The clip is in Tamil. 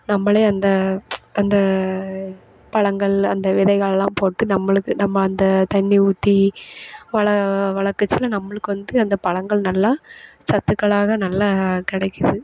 நம்பளே அந்த அந்த பழங்கள் அந்த விதைகள் எல்லாம் போட்டு நம்பளுக்கு நம்ம அந்த தண்ணி ஊற்றி வள வளர்க்கச்சுல நம்பளுக்கு வந்து அந்த பழங்கள் நல்லா சத்துக்களாக நல்லா கிடைக்குது